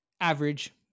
average